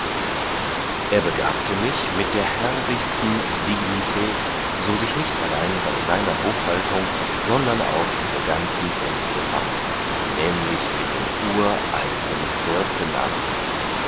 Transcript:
er begabte mich mit der herrlichsten dignität so sich nicht allein bei seiner hofhaltung sondern auch in der ganzen welt befand nämlich mit dem uralten